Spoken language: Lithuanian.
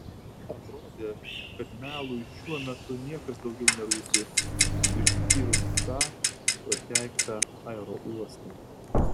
atrodė kad melui šiuo metu niekas daugiau nerūpi išskyrus tą prakeiktą aerouostą